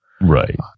Right